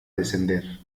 descender